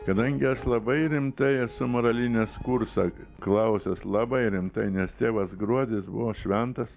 kadangi aš labai rimtai esu moralines kursą klausęs labai rimtai nes tėvas gruodis buvo šventas